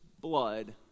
blood